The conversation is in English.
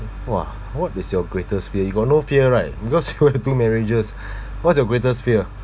!wah! what is your greatest fear you got no fear right because you got two marriages what's your greatest fear